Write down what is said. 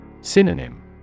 Synonym